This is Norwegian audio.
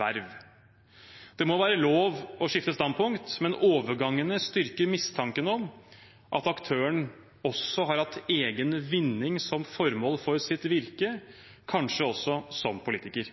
verv. Det må være lov å skifte standpunkt, men overgangene styrker mistanken om at aktøren også har hatt egen vinning som formål for sitt virke, kanskje også som politiker.